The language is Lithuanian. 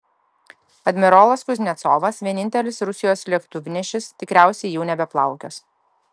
admirolas kuznecovas vienintelis rusijos lėktuvnešis tikriausiai jau nebeplaukios